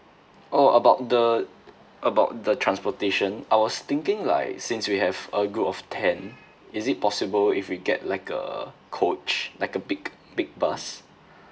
oh about the about the transportation I was thinking like since we have a group of ten is it possible if we get like a coach like a big big bus